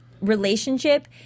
relationship